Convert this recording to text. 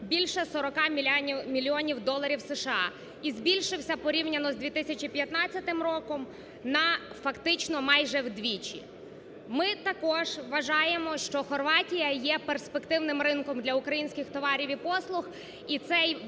більше 40 мільйонів доларів США і збільшився порівняно з 2015 роком на фактично майже вдвічі. Ми також вважаємо, що Хорватія є перспективним ринком для українських товарів і послуг, і це,